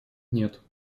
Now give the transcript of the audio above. нет